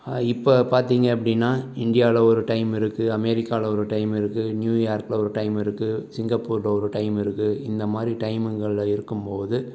இப்போ பார்த்திங்க அப்படின்னா இந்தியாவில் ஒரு டைம் இருக்குது அமெரிக்காவில் ஒரு டைம் இருக்குது நியூயார்க்கில் ஒரு டைம் இருக்குது சிங்கப்பூரில் ஒரு டைம் இருக்குது இந்த மாதிரி டைமுங்களில் இருக்கும் போது